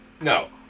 No